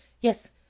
Yes